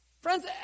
Friends